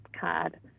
card